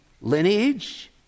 lineage